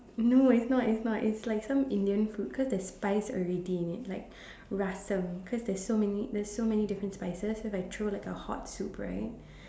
no it's not it's not it's like some Indian food cause there's spice in it already like Rasam cause there's so many there's so many different spices if I throw like a hot soup right